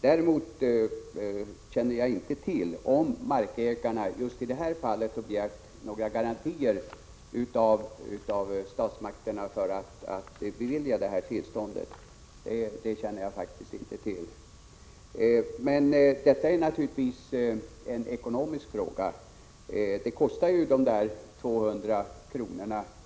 Däremot känner jag faktiskt inte till huruvida markägarna just i detta fall har begärt några garantier av statsmakterna om beviljande av tillstånd. Men det gäller naturligtvis här en ekonomisk fråga. Det kostar ju 200 kr.